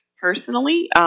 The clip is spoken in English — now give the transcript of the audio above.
personally